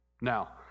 Now